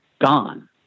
gone